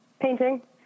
Painting